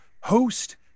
host